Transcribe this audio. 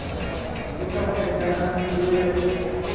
उत्तमवैद्यः अहं योजयतु महोदय